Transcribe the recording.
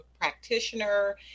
practitioner